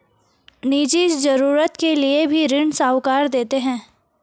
निजी जरूरत के लिए भी ऋण साहूकार देते हैं